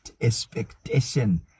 expectation